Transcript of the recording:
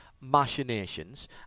machinations